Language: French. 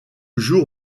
jour